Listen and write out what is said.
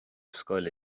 scoil